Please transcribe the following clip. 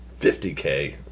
50K